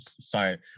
sorry